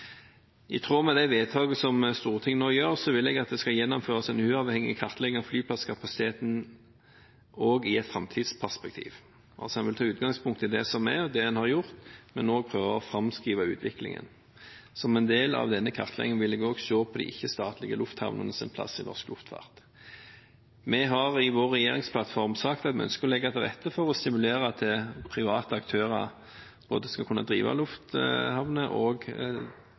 I tråd med de vedtakene som Stortinget nå gjør, vil jeg at det skal gjennomføres en uavhengig kartlegging av flyplasskapasiteten også i et framtidsperspektiv – en vil altså ta utgangspunkt i det som er, og det en har gjort, men også prøve å framskrive utviklingen. Som en del av denne kartleggingen vil jeg også se på de ikke-statlige lufthavnenes plass i norsk luftfart. Vi har i vår regjeringsplattform sagt at vi ønsker å legge til rette for å stimulere til at private aktører skal kunne både drive lufthavner og